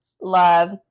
love